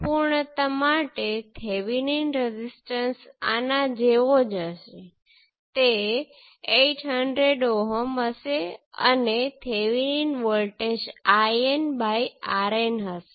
port 1 port 2 1 kilo Ω 1 kilo Ω અને 2 millisiemens